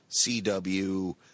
CW